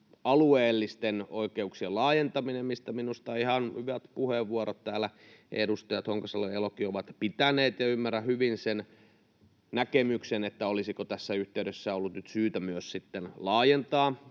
alueellisten oikeuksien laajentaminen, mistä minusta ihan hyvät puheenvuorot täällä edustajat Honkasalo ja Elokin ovat pitäneet. Ymmärrän hyvin sen näkemyksen, että olisiko tässä yhteydessä ollut nyt sitten syytä myös laajentaa